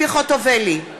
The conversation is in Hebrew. ציפי חוטובלי,